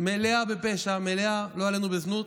מלאה בפשע, מלאה בזנות,